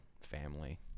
family